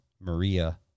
Maria